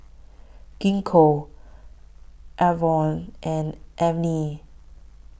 Gingko Enervon and Avene